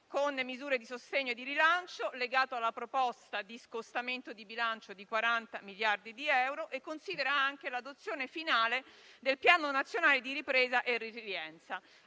con misure di sostegno e di rilancio, legato alla proposta di scostamento di bilancio di 40 miliardi di euro, e l'adozione finale del Piano nazionale di ripresa e resilienza.